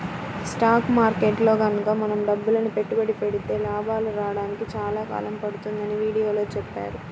stock మార్కెట్టులో గనక మనం డబ్బులని పెట్టుబడి పెడితే లాభాలు రాడానికి చాలా కాలం పడుతుందని వీడియోలో చెప్పారు